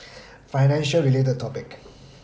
financial related topic